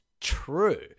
true